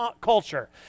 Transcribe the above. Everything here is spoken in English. culture